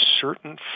certain